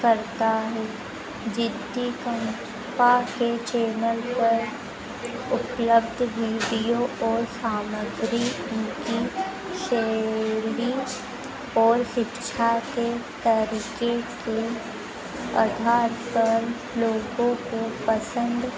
करता है जिद्दी कंपा के चेनल पर उपलब्ध वीडियो और सामग्री उनकी शैली और शिक्षा के तरीके के आधार पर लोगों को पसंद